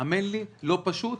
האמן לי, לא פשוט.